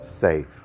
safe